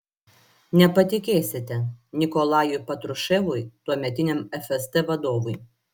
nepatikėsite nikolajui patruševui tuometiniam fst vadovui